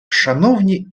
шановні